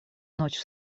ночь